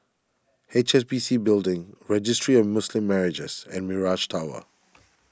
H S B C Building Registry of Muslim Marriages and Mirage Tower